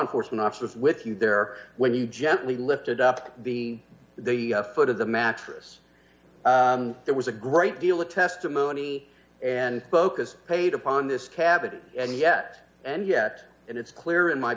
enforcement officers with you there when you gently lifted up the the foot of the mattress there was a great deal of testimony and focus paid upon this cavity and yet and yet it's clear in my